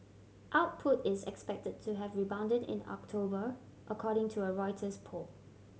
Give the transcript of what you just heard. output is expected to have rebounded in October according to a Reuters poll